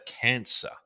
cancer